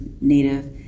Native